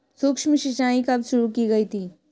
सूक्ष्म सिंचाई कब शुरू की गई थी?